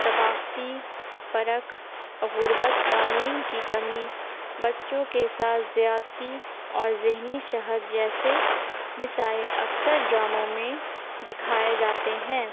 طبقاتی فرق غربت تعلیم کی کمی بچوں کے ساتھ زیاتی اور ذہنی شہد جیسے مسائل اکثر ڈراموں میں دکھائے جاتے ہیں